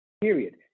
period